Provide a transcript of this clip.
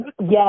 Yes